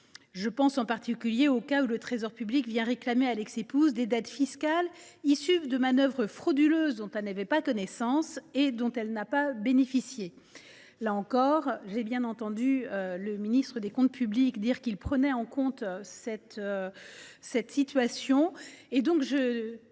Je pense en particulier aux cas où le Trésor public vient réclamer à l’ex épouse des dettes fiscales issues de manœuvres frauduleuses dont elle n’avait pas connaissance et dont elle n’a pas bénéficié. Là encore, j’ai bien entendu le ministre délégué chargé des comptes publics indiquer qu’il prenait cette situation en compte.